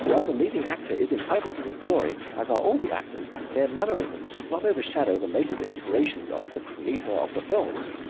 while the leading actor is entitled to his glory, as are all the actors, their mannerisms should not overshadow the latest inspirations of the creator of the films.